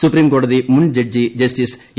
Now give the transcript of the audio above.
സുപ്രീംകോടതി മുൻ judge justice A